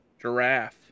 Giraffe